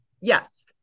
Yes